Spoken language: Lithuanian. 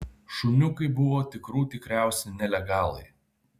šuniukai buvo tikrų tikriausi nelegalai